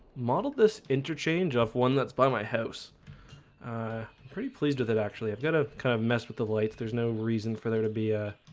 modeled this interchange off one that's by my house pretty pleased with it. actually, i've got a kind of mess with the light. there's no reason for there to be a